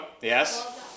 Yes